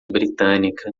britânica